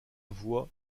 voix